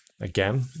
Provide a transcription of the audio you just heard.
again